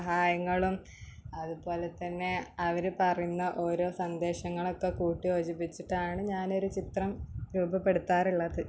സഹായങ്ങളും അതുപോലെ തന്നെ അവര് പറയുന്ന ഓരോ സന്ദേശങ്ങളൊക്കെ കൂട്ടിയോജിപ്പിച്ചിട്ടാണ് ഞാന് ഒര് ചിത്രം രൂപപ്പെടുത്താറുള്ളത്